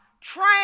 train